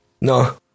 No